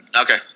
Okay